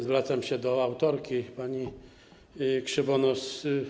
Zwracam się do autorki, pani Krzywonos.